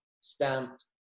stamped